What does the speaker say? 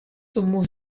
tomu